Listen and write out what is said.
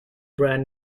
brand